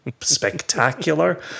spectacular